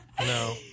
No